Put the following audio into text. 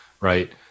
right